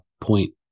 point